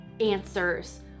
answers